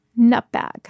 Nutbag